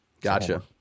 Gotcha